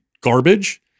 garbage